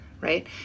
right